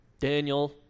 Daniel